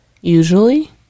Usually